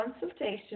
consultation